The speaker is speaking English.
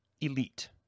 elite